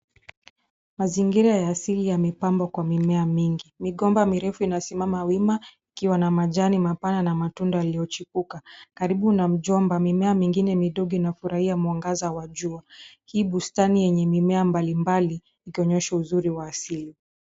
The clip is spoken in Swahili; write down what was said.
Mazingira ya asili ya mipambo kwa mimea mingi. Mikomba mirefu inasimama wima, ikiwa na majani mapana na matunda iliochipuka. Karibu mjomba mimea mingine mitugi na furahia mwangaza wajua. Hii bustani yenye mimea mbalimbali, ikionyesha uzuri wa sili.